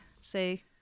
say